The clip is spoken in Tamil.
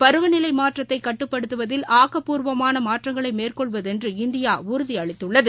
பருவநிலை மாற்றத்தை கட்டுப்படுத்துவதில் ஆக்கபூர்வமான மாற்றங்களை மேற்ஷெள்வதென்று இந்தியா உறுதி அளித்துள்ளது